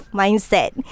mindset